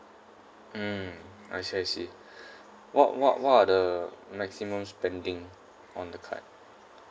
mm I see I see what what what are the maximum spending on the card